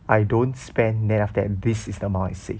I don't know spend then this is the amount that I save